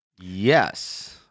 Yes